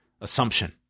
assumption